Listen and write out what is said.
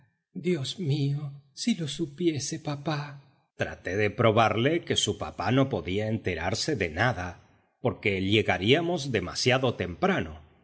dios mío si lo supiese papá traté de probarle que su papá no podía enterarse de nada porque llegaríamos demasiado temprano